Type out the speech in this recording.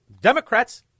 Democrats